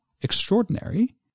extraordinary